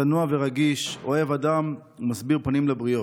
צנוע ורגיש, אוהב אדם ומסביר פנים לבריות.